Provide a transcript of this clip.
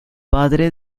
padre